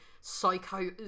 psycho